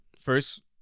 first